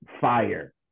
fire